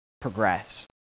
progress